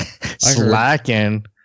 Slacking